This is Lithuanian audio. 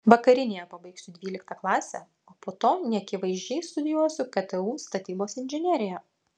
vakarinėje pabaigsiu dvyliktą klasę o po to neakivaizdžiai studijuosiu ktu statybos inžineriją